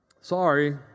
sorry